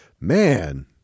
man